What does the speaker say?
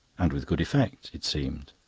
and with good effect, it seemed.